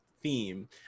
theme